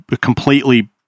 completely